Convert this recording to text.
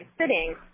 sitting